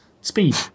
Speed